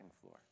floor